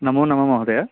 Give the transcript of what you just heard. नमोनमः महोदय